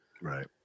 Right